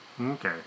Okay